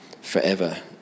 forever